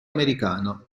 americano